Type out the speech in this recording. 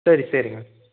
சரி சரிங்க